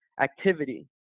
activity